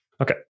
Okay